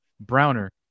Browner